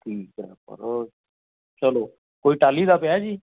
ਠੀਕ ਹੈ ਆਪਾਂ ਹੋਰ ਚੱਲੋ ਕੋਈ ਟਾਹਲੀ ਦਾ ਪਿਆ ਹੈ ਜੀ